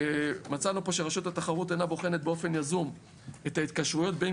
מצאנו פה שרשות התחרות אינה בוחנת באופן יזום את ההתקשרויות בין